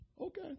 Okay